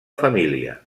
família